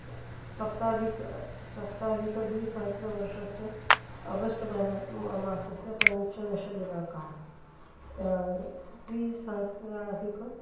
सप्ताधिकं सप्तादिकद्विसहस्रतमवर्षस्य अगस्ट् मासस्य पञ्चदशदिनाङ्कः द्विसहस्त्राधिकस्य